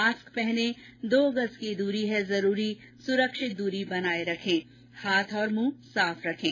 mask पहनें दो गज़ की दूरी है जरूरी सुरक्षित दूरी बनाए रखें हाथ और मुंह साफ रखें